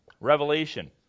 revelation